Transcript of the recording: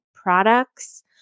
Products